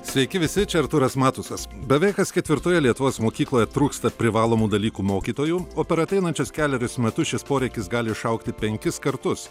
sveiki visi čia artūras matusas beveik kas ketvirtoje lietuvos mokykloje trūksta privalomų dalykų mokytojų o per ateinančius kelerius metus šis poreikis gali išaugti penkis kartus